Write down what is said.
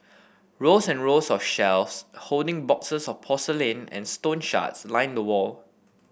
rows and rows of shelves holding boxes of porcelain and stone shards line the wall